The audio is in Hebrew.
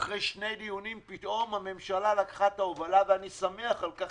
אחרי שני דיונים פתאום הממשלה לקחה את ההובלה ואני שמח על כך,